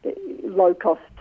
low-cost